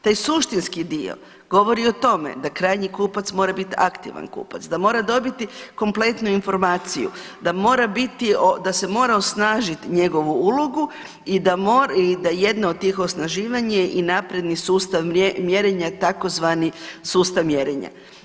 Taj suštinski dio govori o tome da krajnji kupac mora biti aktivan kupac, da mora dobiti kompletnu informaciju, da se mora osnažiti njegovu ulogu i da jedna od tih osnaživanja je i napredni sustav mjerenja tzv. sustav mjerenja.